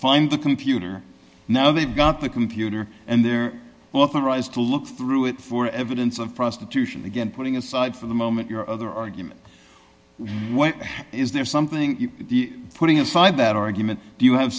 find the computer now they've got the computer and they're authorized to look through it for evidence of prostitution again putting aside for the moment your other argument is there something putting aside that argument do you have